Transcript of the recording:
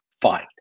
fight